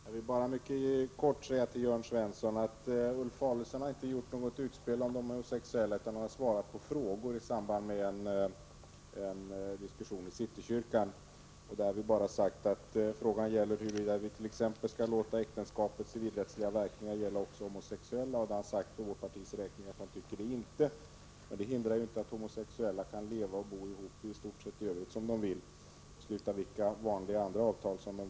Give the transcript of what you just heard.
Herr talman! Jag vill bara mycket kort säga till Jörn Svensson att Ulf Adelsohn inte har gjort något utspel om de homosexuella, utan han har svarat på frågor i samband med en diskussion i City-kyrkan. En fråga var huruvida vi skall låta äktenskapets civilrättsliga verkningar gälla också homosexuella, och han svarade för vårt partis räkning att han tycker inte det. Men det hindrar ju inte att homosexuella kan leva och bo ihop i stort sett som de vill och i övrigt sluta vilka avtal de vill.